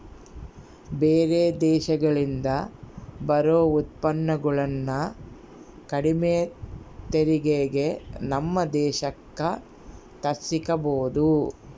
ಬೇರೆ ದೇಶಗಳಿಂದ ಬರೊ ಉತ್ಪನ್ನಗುಳನ್ನ ಕಡಿಮೆ ತೆರಿಗೆಗೆ ನಮ್ಮ ದೇಶಕ್ಕ ತರ್ಸಿಕಬೊದು